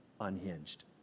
unhinged